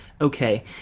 okay